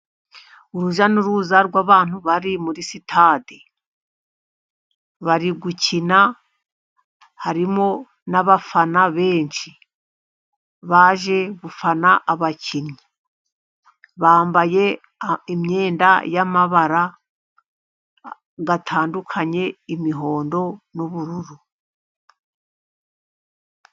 urujya n'uruza rw'abantu bari muri sitade bari gukina, harimo n'abafana benshi baje gufana abakinnyi, bambaye imyenda y'amabara atandukanye imihondo n'ubururu.